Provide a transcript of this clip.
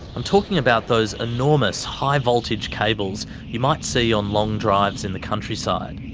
i'm talking about those enormous, high voltage cables you might see on long drives in the countryside.